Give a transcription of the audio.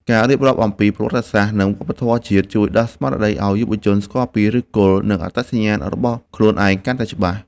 ការរៀបរាប់អំពី ប្រវត្តិសាស្ត្រ និងវប្បធម៌ជាតិ ជួយដាស់ស្មារតីឱ្យយុវជនស្គាល់ពីឫសគល់ និងអត្តសញ្ញាណរបស់ខ្លួនឯងកាន់តែច្បាស់។